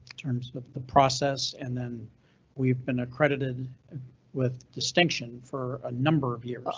terms of the process. and then we've been accredited with distinction for a number of years,